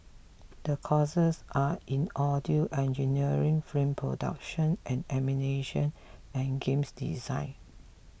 the courses are in audio engineering film production and animation and games design